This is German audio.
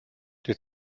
der